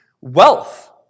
wealth